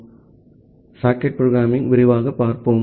ஆகவே socket programming விரிவாகப் பார்ப்போம்